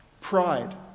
pride